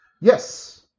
Yes